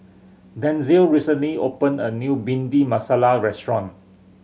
Denzil recently opened a new Bhindi Masala restaurant